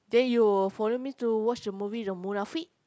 then you follow me to watch the movie with the